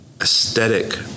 aesthetic